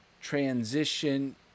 transition